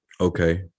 Okay